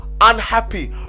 unhappy